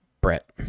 Brett